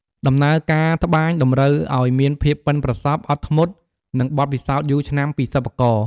ដំណើរការត្បាញតម្រូវឱ្យមានភាពប៉ិនប្រសប់ អត់ធ្មត់ និងបទពិសោធន៍យូរឆ្នាំពីសិប្បករ។